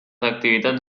activitats